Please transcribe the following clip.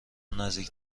نزدیک